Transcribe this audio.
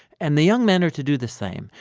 and the young men are to do the same.